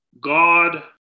God